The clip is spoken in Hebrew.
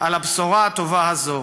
על הבשורה הטובה הזו.